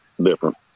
different